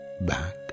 back